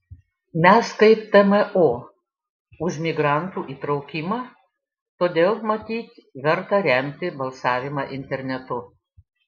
mes kaip tmo už migrantų įtraukimą todėl matyt verta remti balsavimą internetu